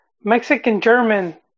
Mexican-German